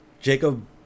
Jacob